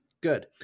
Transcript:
Good